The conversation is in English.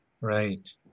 Right